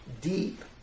deep